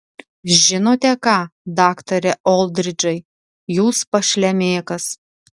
žinote ką daktare oldridžai jūs pašlemėkas